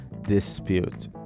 dispute